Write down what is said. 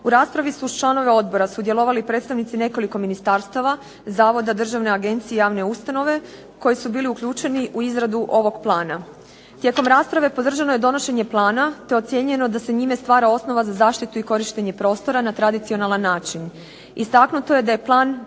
U raspravi su uz članove odbora sudjelovali predstavnici nekoliko ministarstava, zavoda, državne agencije, javne ustanove koji su bili uključeni u izradu ovog plana. Tijekom rasprave podržano je donošenje plana, te ocijenjeno da se njime stvara osnova za zaštitu i korištenje prostora na tradicionalan način. Istaknuto je da je plan